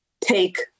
take